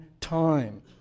time